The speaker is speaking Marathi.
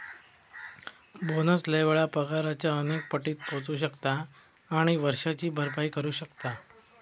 बोनस लय वेळा पगाराच्या अनेक पटीत पोचू शकता आणि वर्षाची भरपाई करू शकता